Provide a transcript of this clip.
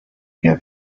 بیا